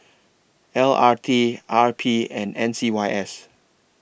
L R T R P and M C Y S